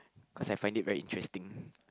cause I find it very interesting